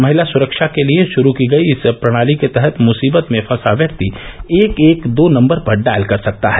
महिला सुरक्षा के लिए शुरू की गई इस प्रणाली के तहत मुसीबत में फंसा व्यक्ति एक एक दो नम्बर पर डायल कर सकता है